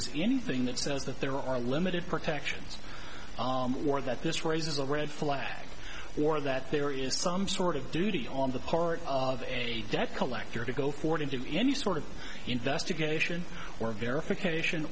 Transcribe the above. is anything that says that there are limited protections or that this raises a red flag or that there is some sort of duty on the part of a debt collector to go forward into any sort of investigation or verification